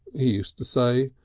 he used to say,